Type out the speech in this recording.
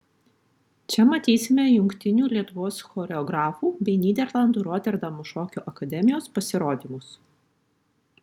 čia matysime jungtinių lietuvos choreografų bei nyderlandų roterdamo šokio akademijos pasirodymus